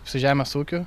su žemės ūkiu